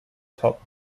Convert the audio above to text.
top